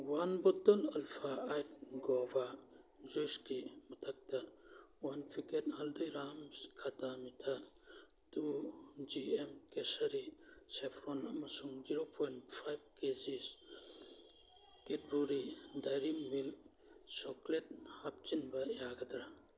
one bottle alpha eight guava ꯖꯨꯁꯀꯤ ꯃꯊꯛꯇ one packet Haldiram khatta meetha two G M kesari saffron ꯑꯃꯁꯨꯡ zero point five K Gs Cadbury Dairy Milk chocolate ꯍꯥꯞꯆꯤꯟꯕ ꯌꯥꯒꯗ꯭ꯔ